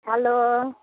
hello